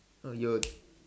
no you